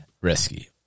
risky